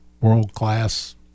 world-class